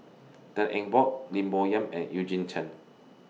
Tan Eng Bock Lim Bo Yam and Eugene Chen